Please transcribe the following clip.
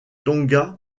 tonga